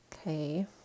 Okay